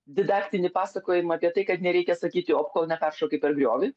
didaktinį pasakojimą apie tai kad nereikia sakyti op kol neperšokai per griovį